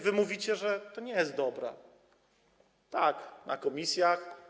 Wy mówicie, że to nie jest dobre, tak, w komisjach.